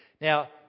Now